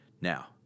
Now